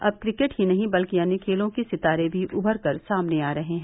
अब क्रिकेट के ही नहीं बल्कि अन्य खेलों के सितारे भी उभरकर सामने आ रहे हैं